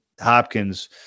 Hopkins